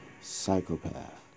Psychopath